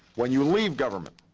when you leave government,